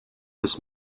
this